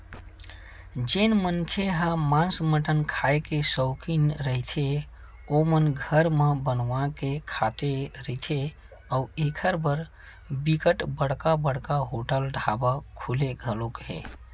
जेन मनखे ह मांस मटन खांए के सौकिन रहिथे ओमन घर म बनवा के खाबे करथे अउ एखर बर बिकट बड़का बड़का होटल ढ़ाबा खुले घलोक हे